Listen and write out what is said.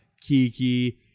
Kiki